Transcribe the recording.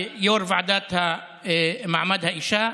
כיו"ר הוועדה למעמד האישה,